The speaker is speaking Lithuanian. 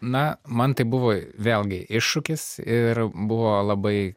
na man tai buvo vėlgi iššūkis ir buvo labai